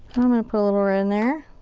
i'm gonna put a little red in there.